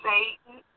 Satan